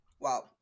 Wow